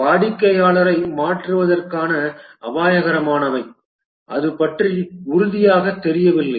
அவை வாடிக்கையாளரை மாற்றுவதற்கான அபாயகரமானவை அது பற்றி உறுதியாக தெரியவில்லை